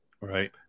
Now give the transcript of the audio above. Right